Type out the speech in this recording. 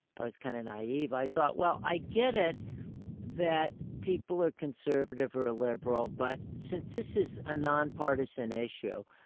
i was kind of naive. i thought, well, i get it that people are conservative or ah liberal. but since this is a nonpartisan issue,